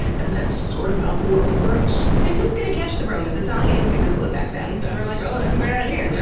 and that's sort of how the world works and who's going to catch the romans? it's not like anyone could google it back then. they're like, ah that's a great idea! yeah